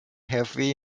heavy